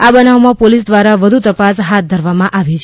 આ બનાવમાં પોલીસ દ્વારા વધુ તપાસ હાથ ધરવામાં આવી છે